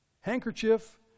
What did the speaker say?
handkerchief